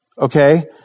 okay